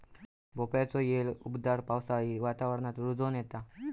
भोपळ्याचो येल उबदार पावसाळी वातावरणात रुजोन येता